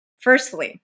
Firstly